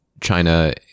China